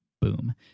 Boom